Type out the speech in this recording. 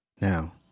Now